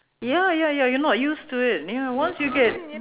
ya ya ya you're not used to it ya once you get